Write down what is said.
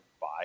buy